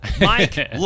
Mike